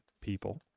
people